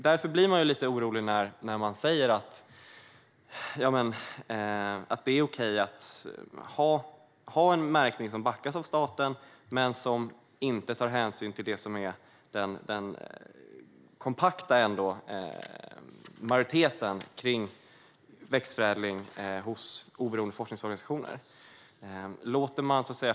Därför blir jag lite orolig när man säger att det är okej att ha en märkning som backas av staten men som inte tar hänsyn till det som är den kompakta majoritetens uppfattning gällande växtförädling hos oberoende forskningsorganisationer.